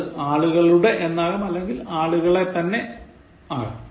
അത് ആളുകളുടെ എന്നാകാം അല്ലെങ്കിൽ ആളുകളെത്തന്നെ ആകാം